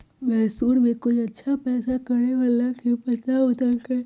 मैसूर में कोई अच्छा पैसा अलग करे वाला के पता बतल कई